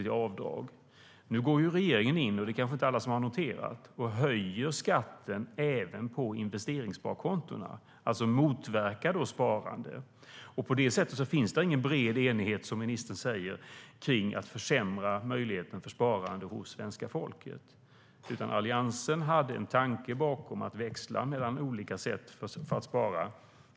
Det är kanske inte alla som har noterat det, men nu går regeringen in och höjer skatten även på investeringssparkontona och motverkar alltså sparande. Det finns ingen bred enighet, som ministern säger, kring att på det sättet försämra svenska folkets möjligheter till sparande. Alliansens tanke var att växla mellan olika sätt att spara.